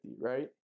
right